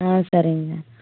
ஆ சரிங்க